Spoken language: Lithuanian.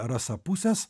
rasa pusės